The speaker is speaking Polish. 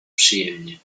przyjemnie